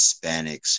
Hispanics